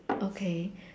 okay